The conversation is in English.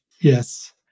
Yes